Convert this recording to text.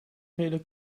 gele